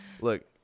Look